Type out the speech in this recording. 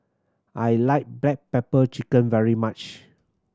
I like black pepper chicken very much